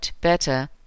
better